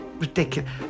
Ridiculous